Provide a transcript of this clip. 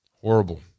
Horrible